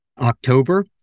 October